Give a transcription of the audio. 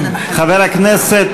חברי הכנסת,